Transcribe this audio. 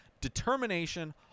determination